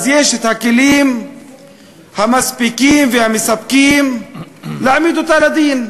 אז יש הכלים המספיקים והמספקים להעמיד אותה לדין.